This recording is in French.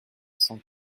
sans